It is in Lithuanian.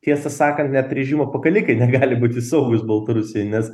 tiesą sakant net režimo pakalikai negali būti saugūs baltarusijoj nes